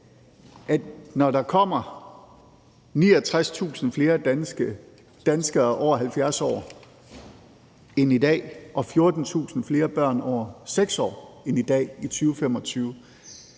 at når der i 2025 kommer 69.000 flere danskere over 70 år end i dag og 14.000 flere børn under 6 år end i dag,